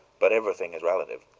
but everything is relative.